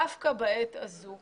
דווקא בעת הזו,